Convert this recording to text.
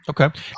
Okay